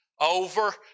Over